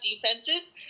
defenses